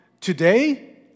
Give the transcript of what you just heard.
Today